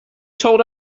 told